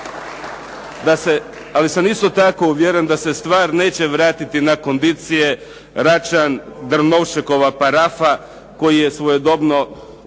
ali sam isto tako uvjeren da se stvar neće vratiti na kondicije Račan-Drnovšekova parafa koji je svojedobno